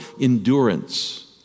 endurance